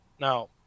now